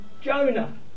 Jonah